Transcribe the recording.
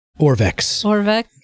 Orvex